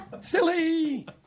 Silly